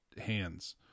hands